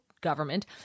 government